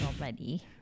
already